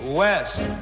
west